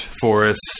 forests